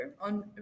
on